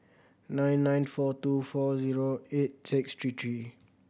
nine nine four two four zero eight six three three